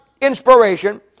inspiration